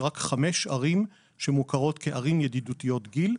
יש רק חמש ערים שמוכרות כעיר ידידותיות גיל.